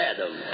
Adam